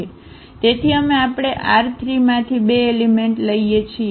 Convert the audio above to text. તેથી અમે આપણે R3 માંથી બે એલિમેંટ લઈએ છીએ